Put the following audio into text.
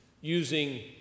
using